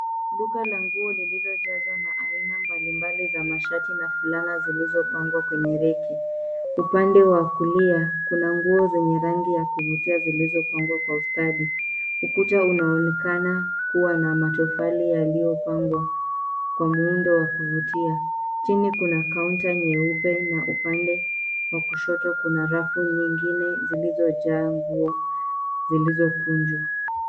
Duka la nguo lililojazwa na aina mbalimbali za mashati na fulana zilizopangwa kwenye reki. Upande wa kulia, kuna nguo za rangi ya kuvutia zilizopangwa Kwa ustadi. Ukuta unaonekana kuwa na matofali yaliyopangwa Kwa muundo wa kuvutia. Chini kuna kaunta nyeupe na upande wa kushoto kuna rafu nyingine zilizojaa nguo zilizokunjwa.